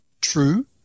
True